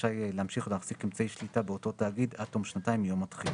רשאי להמשיך אמצעי שליטה באותו תאגיד עד תום שנתיים מיום התחילה".